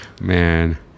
man